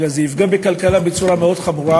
אלא זה יפגע בכלכלה בצורה מאוד חמורה,